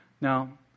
Now